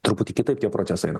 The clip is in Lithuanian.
truputį kitaip tie procesai eina